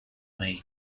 may